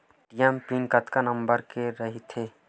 ATM PIN कतका number के रही थे?